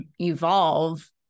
evolve